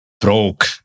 broke